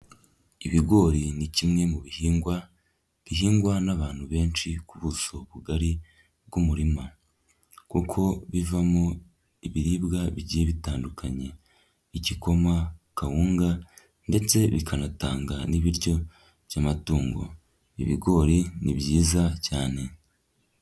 Ibigori ni kimwe mu bihingwa bihingwa n'abantu benshi ku busha ubugari bw'umurima. Kuko bivamo ibiribwa bigiye bitandukanye: igikoma, kawunga ndetse bikanatanga n'ibiryo by'amatungo. Ibigori ni byiza cyane.